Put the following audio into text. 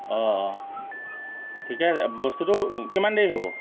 অঁ অঁ ঠিকে আছে বস্তুটো কিমান দেৰি হ'ব